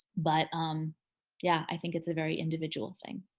but um yeah, i think it's a very individual thing.